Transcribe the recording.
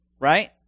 right